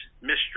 mystery